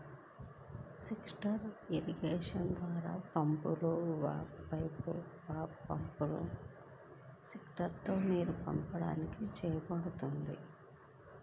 sprinkler irrigation ద్వారా పంపులు, వాల్వ్లు, పైపులు, స్ప్రింక్లర్లతో నీరు పంపిణీ చేయబడుతుంది